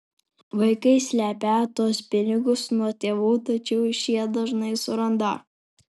vaikai slepią tuos pinigus nuo tėvų tačiau šie dažnai surandą